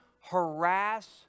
Harass